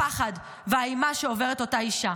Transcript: הפחד והאימה שעוברת אותה אישה.